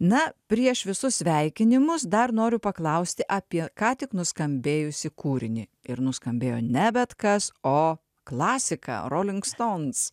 na prieš visus sveikinimus dar noriu paklausti apie ką tik nuskambėjusį kūrinį ir nuskambėjo ne bet kas o klasika rolling stones